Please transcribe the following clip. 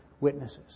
witnesses